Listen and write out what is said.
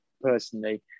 personally